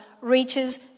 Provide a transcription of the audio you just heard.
reaches